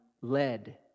led